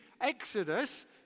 exodus